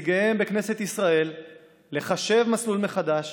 ולנציגיהם בכנסת ישראל לחשב מסלול מחדש